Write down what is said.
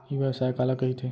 ई व्यवसाय काला कहिथे?